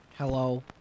Hello